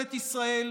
בממשלת ישראל,